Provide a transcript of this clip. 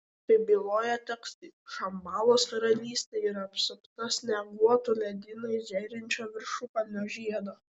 kaip byloja tekstai šambalos karalystė yra apsupta snieguotų ledynais žėrinčių viršukalnių žiedo